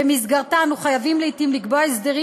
שבמסגרתה אנו חייבים לעתים לקבוע הסדרים